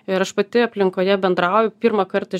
ir aš pati aplinkoje bendrauju pirmą kartą